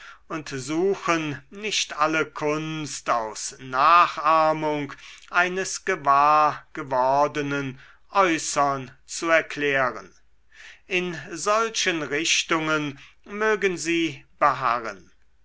und suchen nicht alle kunst aus nachahmung eines gewahrgewordenen äußern zu erklären in solchen richtungen mögen sie beharren